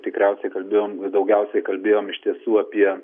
tikriausiai kalbėjom daugiausiai kalbėjom iš tiesų apie